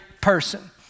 person